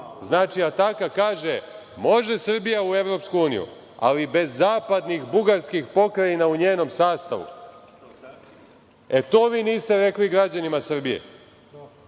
Znači, Ataka kaže – može Srbija u Evropsku uniju, ali bez zapadnih bugarskih pokrajina u njenom sastavu. E, to vi niste rekli građanima Srbije.